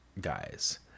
guys